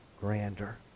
grander